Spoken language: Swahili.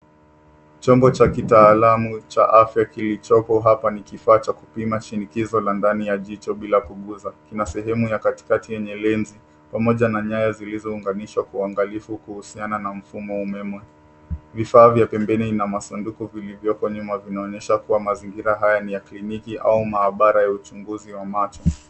Chombo cha kitaalamu cha afya kilichoko hapa ni kifaa cha kupima shinikizo la ndani ya jicho bila kuguza. Kina sehemu ya katikati yenye lens pamoja na nyaya zilizounganishwa kwa uangalifu kuhusiana na mfumo wa umeme. Vifaa vya pembeni na masanduku vilivyoko nyuma vinaonyesha kuwa mazingira haya ni ya kliniki au maabara ya uchunguzi wa macho.